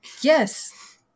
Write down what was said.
Yes